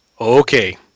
Okay